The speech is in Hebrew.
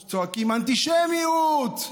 צועקים: אנטישמיות,